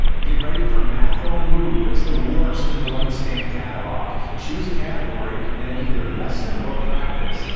get ready for math on the move. it's the worst in the lightspan catalog. choose a category, and then either lesson or practice.